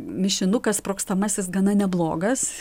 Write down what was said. mišinukas sprogstamasis gana neblogas